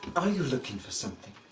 are you looking for something?